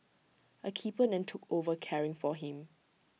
A keeper then took over caring for him